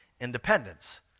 independence